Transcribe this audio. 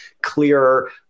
clearer